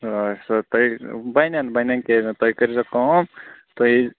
تُہۍ بَنٮ۪ن بَنٮ۪ن کیٛازِ نہٕ تُہۍ کٔرۍزیٚو کٲم تُہۍ